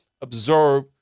observe